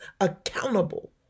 accountable